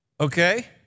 Okay